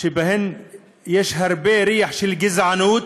שבהן יש הרבה ריח של גזענות,